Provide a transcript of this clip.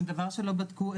אין דבר שלא בדקו,